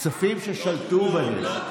כספים ששלטו בהם.